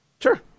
Sure